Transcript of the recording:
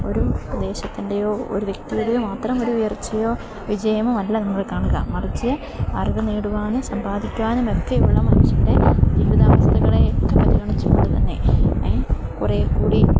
ഒരു പ്രദേശത്തിൻ്റെയോ ഒരു വ്യക്തിയുടെയോ മാത്രം ഒരു ഉയർച്ചയോ വിജയമോ അല്ല നമ്മൾ കാണുക മറിച്ച് അറിവ് നേടുവാനും സമ്പാദിക്കുവാനുമൊക്കെയുള്ള മനുഷ്യൻ്റെ ജീവിതാവസ്ഥകളെ പരിഗണിച്ച് കൊണ്ടുതന്നെ കുറേക്കൂടി